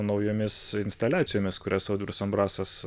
naujomis instaliacijomis kurias audrius ambrasas